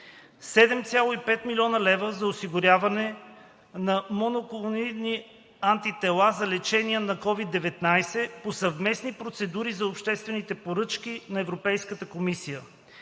7,5 млн. лв. – за осигуряване на моноклонални антитела за лечение на COVID-19 по съвместни процедури за обществените поръчки на Европейската комисия.